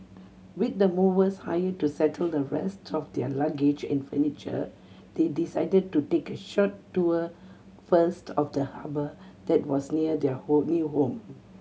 with the movers hired to settle the rest of their luggage and furniture they decided to take a short tour first of the harbour that was near their home new home